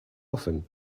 often